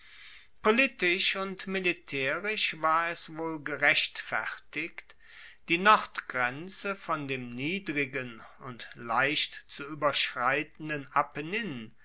politisch und militaerisch war es wohl gerechtfertigt die nordgrenze von dem niedrigen und leicht zu